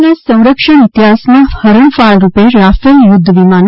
દેશના સંરક્ષણ ઇતિહાસમાં હરણફાળ રૂપે રાફેલ યુધ્ધ વિમાનો